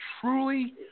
truly